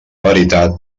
veritat